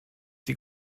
die